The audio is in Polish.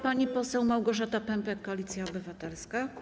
Pani poseł Małgorzata Pępek, Koalicja Obywatelska.